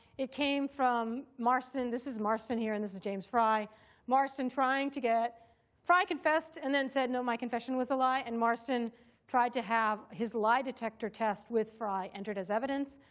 it came from marston this is marston here and this is james frye marston trying to get frye confessed and then said, no, my confession was a lie. and marston tried to have his lie detector test with frye entered as evidence.